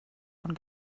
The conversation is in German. von